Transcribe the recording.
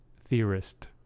theorist